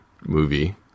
movie